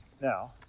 Now